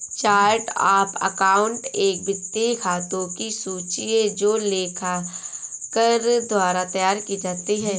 chart of account एक वित्तीय खातों की सूची है जो लेखाकार द्वारा तैयार की जाती है